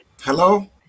hello